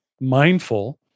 mindful